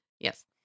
Yes